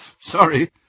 Sorry